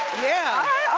yeah.